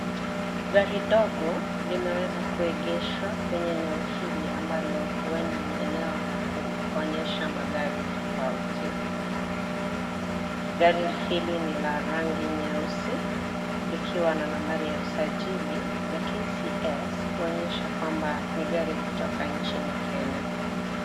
Gari ndogo limeweza kuegeshwa kwenye eneo hili ambalo huenda ni eneo la kuonyesha magari tofauti. Gari hili ni la rangi nyeusi likiwa na nambari ya usajili ya KCS kuonyesha kwamba ni gari kutoka nchini Kenya.